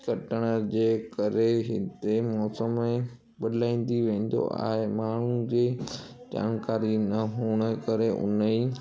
कटण जे करे हिते मौसम में बदिलाइजी वेंदो आहे माण्हू जे जानकारी न हुअण करे उनजी